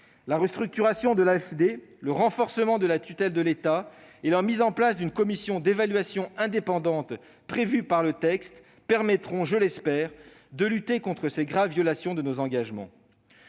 La restructuration de l'AFD, le renforcement de la tutelle de l'État et la mise en place d'une commission d'évaluation indépendante qui sont prévus par le texte permettront, je l'espère, de lutter contre ces graves violations de nos engagements.